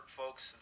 folks